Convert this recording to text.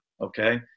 okay